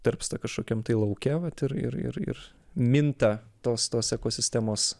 tarpsta kašokiam tai lauke vat ir ir ir ir minta tos tos ekosistemos